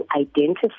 identify